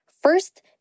First